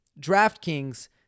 DraftKings